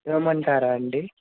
ఇవ్వమంటారా అండి